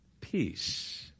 Peace